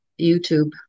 YouTube